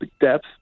depth